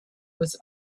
was